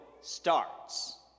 starts